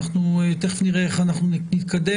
תכף נראה איך אנחנו נתקדם.